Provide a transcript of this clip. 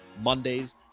Mondays